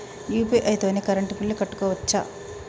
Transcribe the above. UPI తోని current bill కట్టుకోవచ్ఛా?